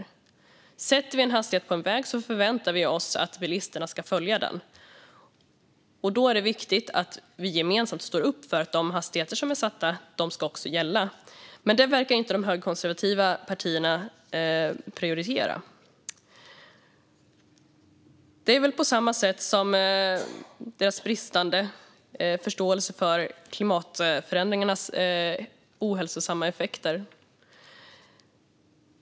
Om vi sätter en hastighet på en väg förväntar vi oss att bilisterna ska följa den. Då är det viktigt att vi gemensamt står upp för att de hastigheter som är satta också ska gälla. Men det verkar inte de högerkonservativa partierna prioritera. Det är väl på samma sätt som med deras bristande förståelse för klimatförändringarnas ohälsosamma effekter.